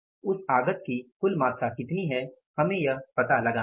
उस आगत की कुल मात्रा कितनी है यह हमें पता लगाना है